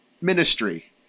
Ministry